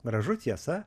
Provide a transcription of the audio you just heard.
gražu tiesa